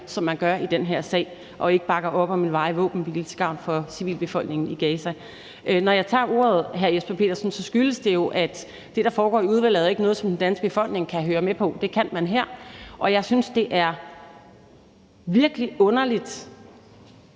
som man gør i den her sag, og ikke bakker op om en varig våbenhvile til gavn for civilbefolkningen i Gaza. Når jeg tager ordet, hr. Jesper Petersen, skyldes det jo, at det, der foregår i udvalget, ikke er noget, som den danske befolkning kan høre med på. Det kan man her. Og jeg synes, det er virkelig underligt